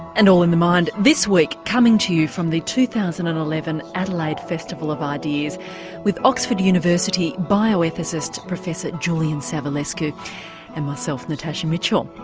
and all in the mind this week coming to you from the two thousand and eleven adelaide festival of ideas with oxford university bioethicist professor julian savulescu and myself, natasha mitchell.